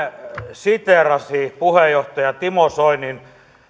siteerasi puheenjohtaja timo soinin